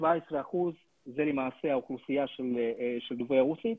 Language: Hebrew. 17% זה למעשה האוכלוסייה של דוברי הרוסית,